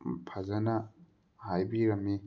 ꯐꯖꯅ ꯍꯥꯏꯕꯤꯔꯝꯃꯤ